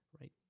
right